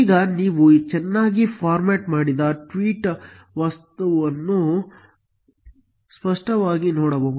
ಈಗ ನೀವು ಚೆನ್ನಾಗಿ ಫಾರ್ಮ್ಯಾಟ್ ಮಾಡಿದ ಟ್ವೀಟ್ ವಸ್ತುವನ್ನು ಸ್ಪಷ್ಟವಾಗಿ ನೋಡಬಹುದು